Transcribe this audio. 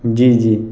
جی جی